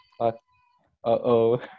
Uh-oh